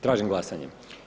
Tražim glasanje.